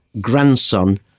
grandson